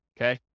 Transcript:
Okay